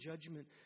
judgment